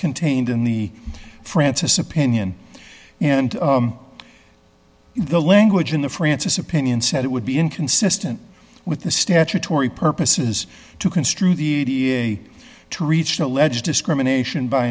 contained in the francis opinion and the language in the francis opinion said it would be inconsistent with the statutory purposes to construe the da to reach the alleged discrimination by